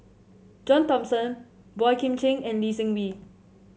John Thomson Boey Kim Cheng and Lee Seng Wee